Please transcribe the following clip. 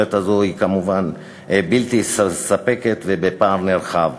היכולת הזאת היא כמובן בלתי מספקת, ובפער נרחב.